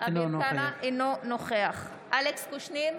אינו נוכח אלכס קושניר,